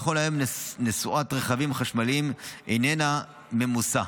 נכון להיום נסועת רכבים חשמליים איננה ממוסה,